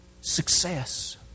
Success